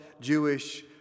Jewish